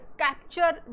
capture